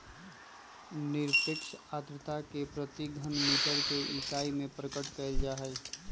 निरपेक्ष आर्द्रता के प्रति घन मीटर के इकाई में प्रकट कइल जाहई